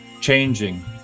changing